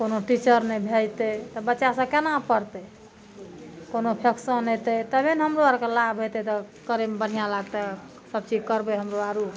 कोनो टीचर नहि भेजतै तऽ बच्चा सब केना पढ़तै कोनो फंक्शन अयतै तबे ने हमरो आरके लाभ अयतै तब करैमे बढ़िऑं लागतै सब चीज करबै हमरो आरु